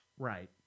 Right